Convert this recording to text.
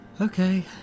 Okay